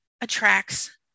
attracts